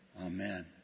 Amen